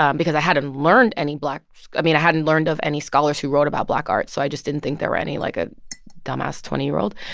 um because i hadn't learned any black i mean, i hadn't learned of any scholars who wrote about black art, so i just didn't think there were any, like a dumbass twenty year old.